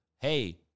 hey